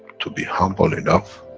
to be humble enough,